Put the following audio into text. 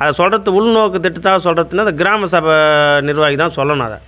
அதை சொல்றது உள்நோக்கு திட்டத்தால் சொல்றதுனால் இந்த கிராமசபை நிர்வாகி தான் சொல்லணும் அதை